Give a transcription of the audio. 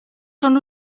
son